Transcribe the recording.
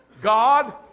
God